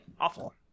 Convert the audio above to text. awful